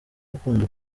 gukunda